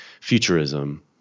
futurism